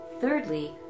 Thirdly